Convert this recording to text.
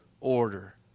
order